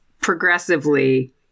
Progressively